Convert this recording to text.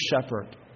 shepherd